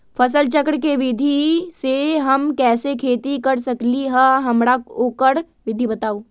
फसल चक्र के विधि से हम कैसे खेती कर सकलि ह हमरा ओकर विधि बताउ?